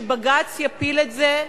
שבג"ץ יפיל את זה,